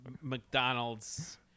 mcdonald's